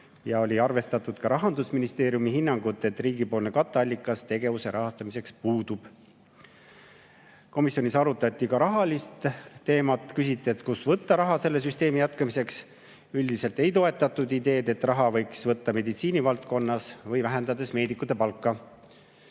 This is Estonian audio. Oli arvestatud ka Rahandusministeeriumi hinnangut, et riigil katteallikas selle tegevuse rahastamiseks puudub. Komisjonis arutati ka rahateemat. Küsiti, kust võtta raha selle süsteemi jätkamiseks. Üldiselt ei toetatud ideed, et raha võiks võtta meditsiinivaldkonnast või vähendada meedikute palka.